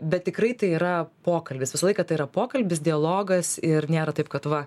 bet tikrai tai yra pokalbis visą laiką tai yra pokalbis dialogas ir nėra taip kad va